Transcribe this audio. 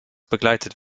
begleitet